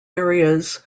areas